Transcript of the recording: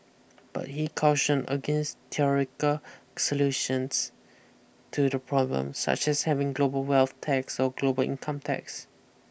but he cautioned against theoretical solutions to the problem such as having a global wealth tax or global income tax